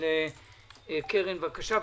בבקשה.